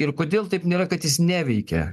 ir kodėl taip nėra kad jis neveikia